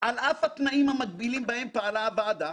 על אף התנאים המגבילים בהם פעלה הוועדה,